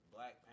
Black